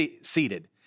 seated